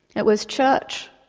it was church,